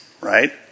right